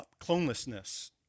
Clonelessness